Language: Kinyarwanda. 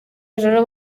ijoro